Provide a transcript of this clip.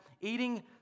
eating